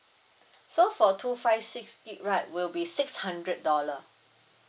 so for two five six gig right will be six hundred dollar